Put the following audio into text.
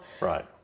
Right